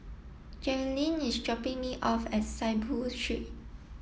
Jerilyn is dropping me off at Saiboo Street